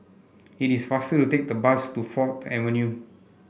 it is faster to take the bus to Fourth Avenue